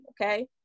okay